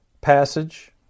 passage